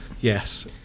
Yes